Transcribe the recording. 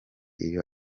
iyo